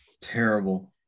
Terrible